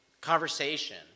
conversation